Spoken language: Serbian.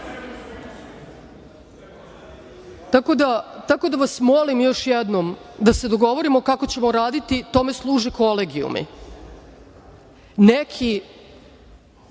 KiM? Tako da vas molim još jednom da se dogovorimo kako ćemo raditi. Tome služe kolegijumi. Neki